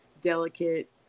delicate